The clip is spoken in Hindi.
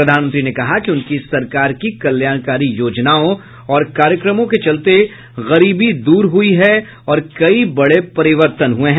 प्रधानमंत्री ने कहा कि उनकी सरकार की कल्याणकारी योजनाओं और कार्यक्रमों के चलते गरीबी दूर हुई है और कई बड़े परिवर्तन हुये हैं